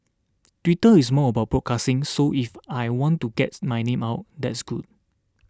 Twitter is more about broadcasting so if I want to gets my name out that's good